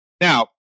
Now